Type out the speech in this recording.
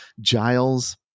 Giles